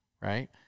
right